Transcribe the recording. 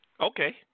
Okay